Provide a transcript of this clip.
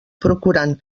procurant